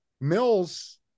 Mills